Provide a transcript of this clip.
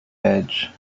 edge